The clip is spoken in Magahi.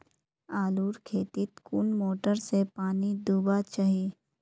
आलूर खेतीत कुन मोटर से पानी दुबा चही?